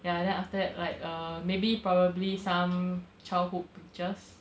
ya then after that like err maybe probably some childhood pictures